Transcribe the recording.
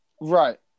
Right